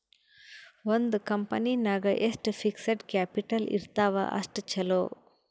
ಒಂದ್ ಕಂಪನಿ ನಾಗ್ ಎಷ್ಟ್ ಫಿಕ್ಸಡ್ ಕ್ಯಾಪಿಟಲ್ ಇರ್ತಾವ್ ಅಷ್ಟ ಛಲೋ